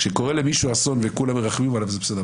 כשקורה למישהו אסון וכולם מרחמים עליו זה בסדר.